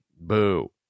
Boo